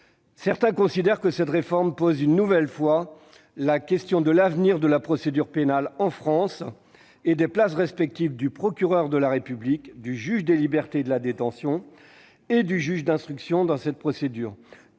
Certains considèrent que cette réforme pose une nouvelle fois la question de l'avenir de la procédure pénale en France et des places respectives du procureur de la République, du juge des libertés et de la détention ainsi que du juge d'instruction dans cette procédure.